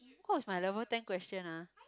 what was my level ten question ah